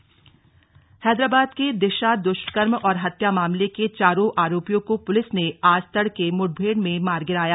Hyderabad encounter Hyderabad के दिशा दुष्कर्म और हत्या मामले के चारों आरोपियों को पुलिस ने आज तड़के मुठभेड़ में मार गिराया